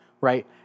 right